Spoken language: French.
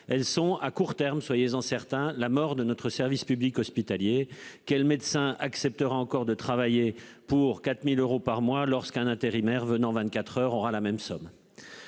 Elles sont à court terme, soyez-en certain. La mort de notre service public hospitalier quel médecin acceptera encore de travailler pour 4000 euros par mois. Lorsqu'un intérimaire venant 24h aura la même somme.